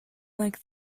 like